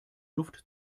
luft